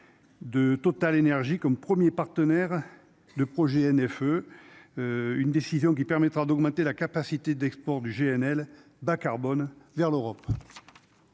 de Total énergies comme 1er partenaire de projet INF, eux, une décision qui permettra d'augmenter la capacité d'export du GNL bas-carbone vers l'Europe.